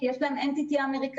כי יש להן NTT אמריקאי.